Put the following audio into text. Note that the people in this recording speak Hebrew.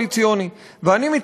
אני מברך אתכם גם על זה,